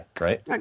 right